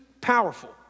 powerful